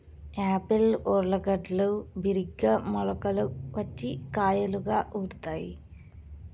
Apple ఊర్లగడ్డలు బిరిగ్గా మొలకలు వచ్చి కాయలుగా ఊరుతాయి